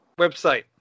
Website